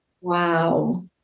wow